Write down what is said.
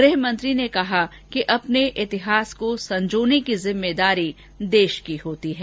गृहमंत्री ने कहा कि अपने इतिास को संजोने की जिम्मेदारी देश की होती है